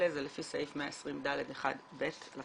אם יש פה כאלה, זה לפי סעיף 120.ד.1.ב לתקנון.